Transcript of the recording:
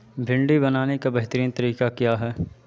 بھنڈی بنانے کا بہترین طریقہ کیا ہے